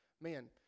man